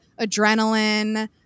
adrenaline